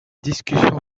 discussion